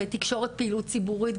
בתקשורת פעילות ציבורית,